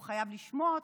לא חייב לשמוע אותו,